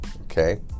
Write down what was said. okay